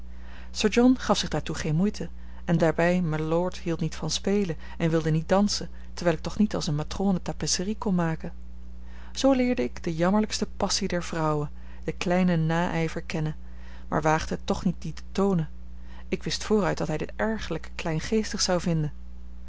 john gaf zich daartoe geen moeite en daarbij mylord hield niet van spelen en wilde niet dansen terwijl ik toch niet als eene matrone tapisserie kon maken zoo leerde ik de jammerlijkste passie der vrouwen den kleinen naijver kennen maar waagde het toch niet die te toonen ik wist vooruit dat hij dit ergerlijk kleingeestig zou vinden